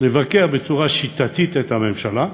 לבקר בצורה שיטתית את הממשלה,